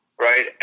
right